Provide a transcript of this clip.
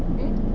eh